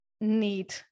need